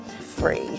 free